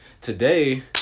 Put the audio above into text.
today